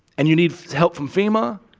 and you need help from fema,